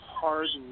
hardened